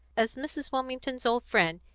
as mrs. wilmington's old friend,